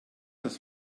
das